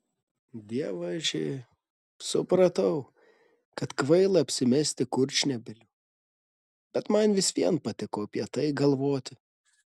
dievaži supratau kad kvaila apsimesti kurčnebyliu bet man vis vien patiko apie tai galvoti